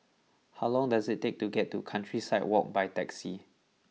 how long does it take to get to Countryside Walk by taxi